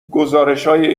گزارشهای